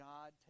God